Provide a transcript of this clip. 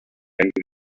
handed